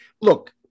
look